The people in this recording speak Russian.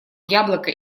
яблоко